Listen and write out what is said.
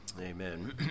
Amen